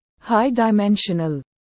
high-dimensional